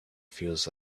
feels